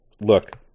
Look